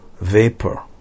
vapor